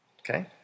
Okay